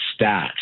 stats